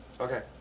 Okay